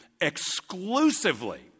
exclusively